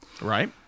Right